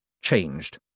changed